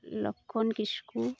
ᱞᱚᱠᱠᱷᱚᱱ ᱠᱤᱥᱠᱩ